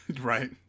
right